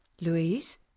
Louise